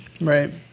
Right